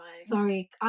Sorry